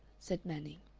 said manning.